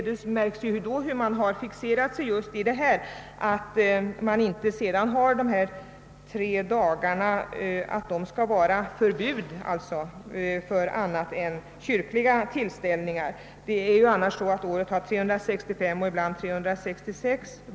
Det märks ju då hur man har fixerat sig i att det under dessa tre dagar skall råda förbud mot annat än kyrkliga tillställningar. Annars är det ju så att året har 365 dagar och ibland 366.